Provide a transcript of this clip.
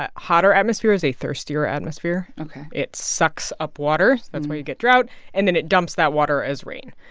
ah hotter atmosphere is a thirstier atmosphere. it sucks up water that's why you get drought and then it dumps that water as rain.